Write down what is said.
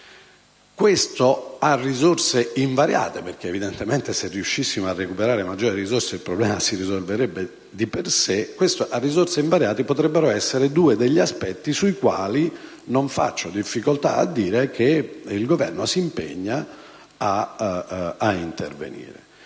Questi, a risorse invariate - perché, evidentemente, se riuscissimo a recuperare maggiori risorse il problema si risolverebbe di per sé - potrebbero essere due degli aspetti sui quali non faccio difficoltà a dire che il Governo si impegna ad intervenire.